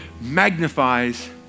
magnifies